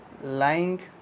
lying